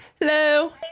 hello